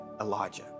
Elijah